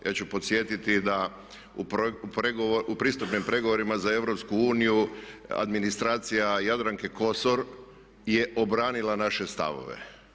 Ja ću podsjetiti da u pristupnim pregovorima za EU administracija Jadranke Kosor je obranila naše stavove.